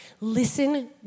Listen